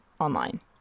online